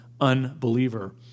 unbeliever